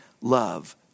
love